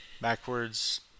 backwards